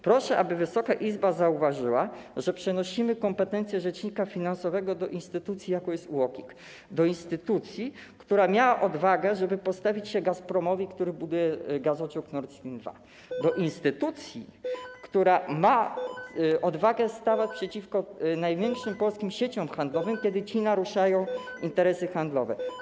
Proszę, aby Wysoka Izba zauważyła, że przenosimy kompetencje rzecznika finansowego do instytucji, jaką jest UOKiK, do instytucji, która miała odwagę, żeby postawić się Gazpromowi, który buduje gazociąg Nord Stream 2, do instytucji, która ma odwagę stawać przeciwko największym polskim sieciom handlowym, kiedy te naruszają interesy handlowe.